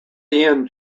ian